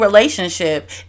Relationship